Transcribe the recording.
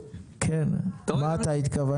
מה אתה התכוונת?